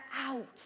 out